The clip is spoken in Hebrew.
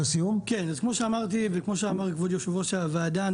כמו שאמרתי וכמו שאמר כבוד יושב ראש הוועדה,